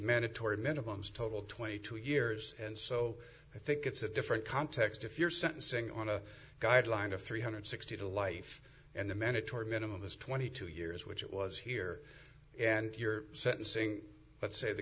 minimums total twenty two years and so i think it's a different context if you're sentencing on a guideline of three hundred sixty to life and the mandatory minimum is twenty two years which it was here and your sentencing let's say the